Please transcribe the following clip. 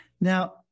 Now